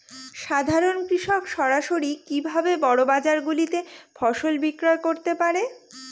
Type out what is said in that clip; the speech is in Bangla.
সাধারন কৃষক সরাসরি কি ভাবে বড় বাজার গুলিতে ফসল বিক্রয় করতে পারে?